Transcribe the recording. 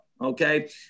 okay